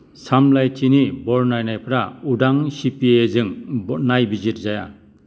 सामलायथिनि बरनायनायफोरा उदां सिपिए जों नायबिजिर जाया